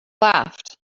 laughed